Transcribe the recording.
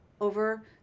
over